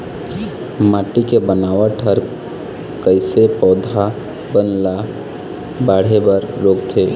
माटी के बनावट हर कइसे पौधा बन ला बाढ़े बर रोकथे?